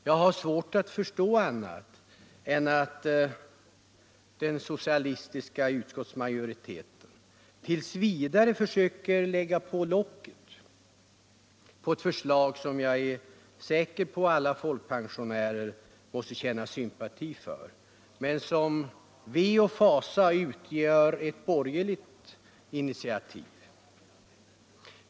Jag har svårt att förstå annat än att den socialistiska utskottsmajoriteten t. v. försöker lägga på locket på ett förslag, som jag är säker på att alla folkpensionärer känner sympati för men som — ve och fasa — är ett borgerligt initiativ.